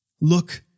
Look